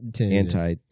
anti